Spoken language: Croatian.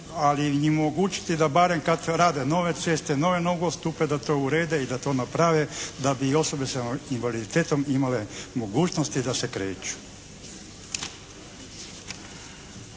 ali im i omogućiti da barem kad rade nove ceste, nove nogostupe da to urede i da to naprave da bi osobe s invaliditetom imale mogućnosti da se kreću.